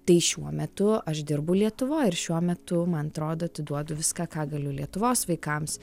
tai šiuo metu aš dirbu lietuvoj ir šiuo metu man atrodo atiduodu viską ką galiu lietuvos vaikams